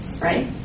right